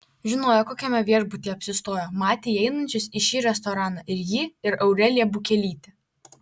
žinojo kokiame viešbutyje apsistojo matė įeinančius į šį restoraną ir jį ir aureliją bukelytę